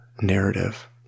narrative